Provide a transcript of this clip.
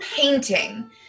painting